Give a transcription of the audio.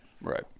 Right